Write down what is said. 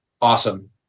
Awesome